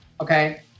okay